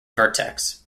vertex